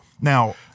Now